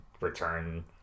return